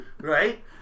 Right